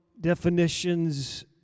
definitions